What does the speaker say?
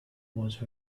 was